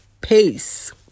peace